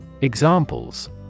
Examples